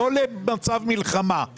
לא למצב מלחמה.